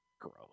Gross